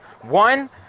One